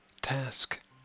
task